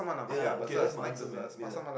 ya K that's my answer man ya